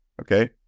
okay